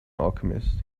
alchemist